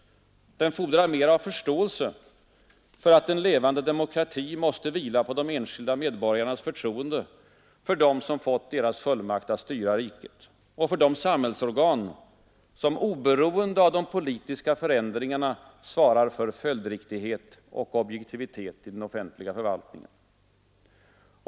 Den fordrar mera av förståelse för att en levande demokrati måste vila på de enskilda medborgarnas förtroende för dem som fått deras fullmakt att styra riket och för de samhällsorgan som oberoende av de politiska förändringarna svarar för följdriktighet och objektivitet i den offentliga förvaltningen.